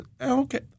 okay